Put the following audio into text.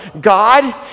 God